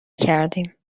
کردیم